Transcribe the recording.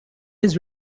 his